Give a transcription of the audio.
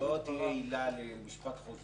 שהחקיקה החדשה לא תהיה עילה למשפט חוזר,